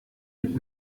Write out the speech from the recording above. mit